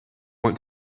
want